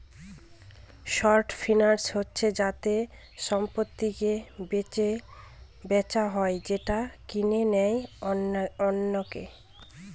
short finance হচ্ছে যাতে সম্পত্তিকে বেচা হয় যেটা কিনে নেয় অনেকে